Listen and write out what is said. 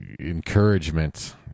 encouragement